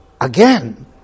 again